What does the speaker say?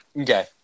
Okay